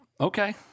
okay